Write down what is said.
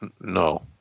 No